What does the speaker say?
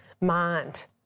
mind